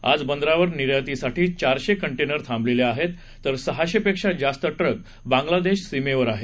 आज बंदरावर निर्यातीसाठी चारशे कंटेनर थांबलेले आहेत तर सहाशे पेक्षा जास्त ट्रक बांग्लादेश सीमेवर आहे